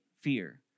fear